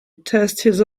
tastes